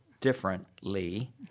differently